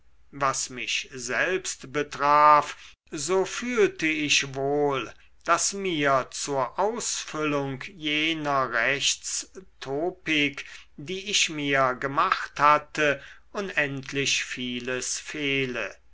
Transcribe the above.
was mich selbst betraf so fühlte ich wohl daß mir zur ausfüllung jener rechtstopik die ich mir gemacht hatte unendlich vieles fehle